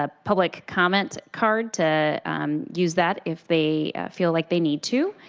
ah public comment card to use that if they feel like they need to,